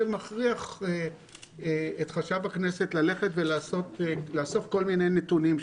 זה מכריח את חשב הכנסת ללכת ולאסוף כל מיני נתונים,